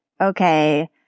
okay